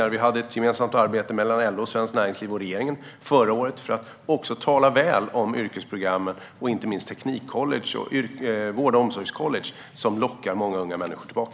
Förra året hade vi ett gemensamt arbete mellan LO, Svenskt Näringsliv och regeringen för att tala väl om yrkesprogrammen - inte minst teknikcollege och vård och omsorgscollege, som lockar många unga människor tillbaka.